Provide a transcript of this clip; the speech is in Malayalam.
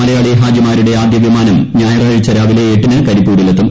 മലയാളി ഹാജിമാരുടെ ആദ്യ വിമാനം ഞായറാഴ്ച രാവിലെ എട്ടിന് കരിപ്പൂരിൽ എത്തും